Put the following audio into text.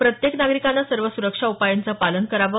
प्रत्येक नागरिकाने सर्व सुरक्षा उपायांचं पालन करावं